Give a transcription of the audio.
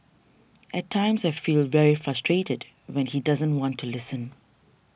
at times I feel very frustrated when he doesn't want to listen